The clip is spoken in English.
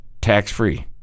tax-free